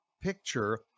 picture